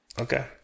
Okay